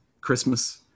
Christmas